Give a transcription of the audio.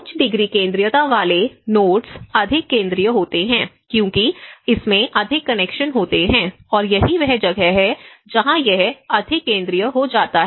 उच्च डिग्री केंद्रीयता वाले नोड्स अधिक केंद्रीय होते हैं क्योंकि इसमें अधिक कनेक्शन होते हैं और यही वह जगह है जहां यह अधिक केंद्रीय हो जाता है